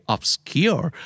Obscure